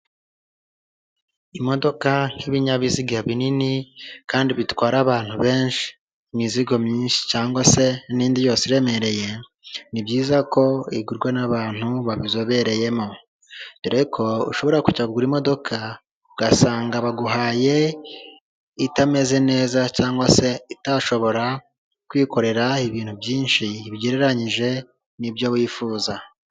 Imodoka nk'ibinyabiziga binini kandi bitwara abantu benshi, imizigo myinshi cyangwa se n'indi yose iremereye ni byiza ko igurwa n'abantu babizobereyemo; dore ko ushobora ku kujya kugura imodoka ugasanga baguhaye itameze neza cyangwa se itashobora kwikorera ibintu byinshi ugereranyije n'ibyo wifuza